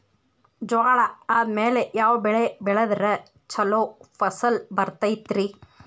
ಜ್ವಾಳಾ ಆದ್ಮೇಲ ಯಾವ ಬೆಳೆ ಬೆಳೆದ್ರ ಛಲೋ ಫಸಲ್ ಬರತೈತ್ರಿ?